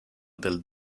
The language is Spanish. del